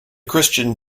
christian